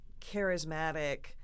charismatic